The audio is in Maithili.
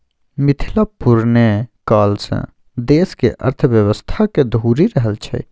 मिथिला पुरने काल सँ देशक अर्थव्यवस्थाक धूरी रहल छै